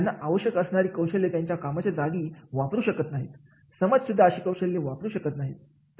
त्यांना आवश्यक असणारी कौशल्ये त्यांच्या कामाच्या जागी वापरू शकत नाहीत समाजात सुद्धा अशी कौशल्ये वापरू शकत नाहीत